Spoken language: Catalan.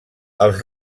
els